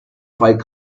fight